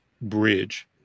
bridge